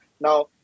Now